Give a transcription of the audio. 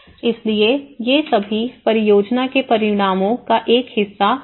इसलिए ये सभी परियोजना के परिणामों का एक हिस्सा रहे हैं